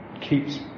keeps